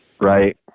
Right